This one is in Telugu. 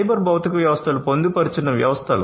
సైబర్ భౌతిక వ్యవస్థలు పొందుపరిచిన వ్యవస్థలు